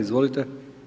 Izvolite.